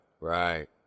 right